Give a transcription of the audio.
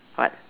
what